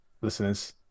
listeners